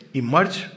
emerge